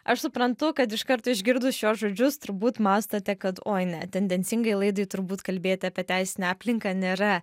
aš suprantu kad iškart išgirdus šiuos žodžius turbūt mąstote kad oi ne tendencingai laidai turbūt kalbėti apie teisinę aplinką nėra